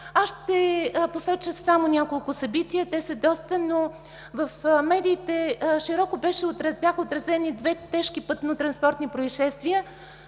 Аз ще посоча само няколко събития. Те са доста, но в медиите широко бяха отразени две тежки пътно-транспортни произшествия.